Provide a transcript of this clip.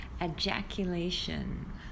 ejaculation